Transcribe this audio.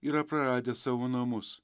yra praradę savo namus